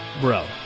Bro